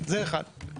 זה אחד.